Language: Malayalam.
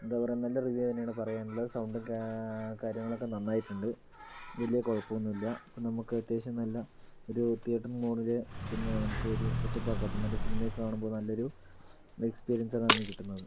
എന്താ പറയുക നല്ല റിവ്യൂ തന്നെയാണ് പറയാനുള്ളത് സൗണ്ടും കാര്യങ്ങളൊക്കെ നന്നായിട്ടുണ്ട് വലിയ കുഴപ്പമൊന്നുമില്ല അപ്പം നമുക്ക് അത്യാവിശ്യം നല്ല ഒരു തീയേറ്റർ മോഡല് തന്നെയാണ് നമുക്ക് ഒരു സെറ്റപ്പ് ആക്കാം അപ്പം സിനിമയൊക്കെ കാണുമ്പോൾ നല്ലൊരു എക്സ്പീരിയൻസ് ആണ് അതിൽ നിന്ന് കിട്ടുന്നത്